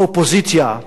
האופוזיציה,